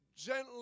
gently